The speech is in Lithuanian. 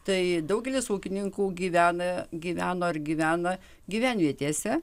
tai daugelis ūkininkų gyvena gyveno ir gyvena gyvenvietėse